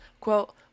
quote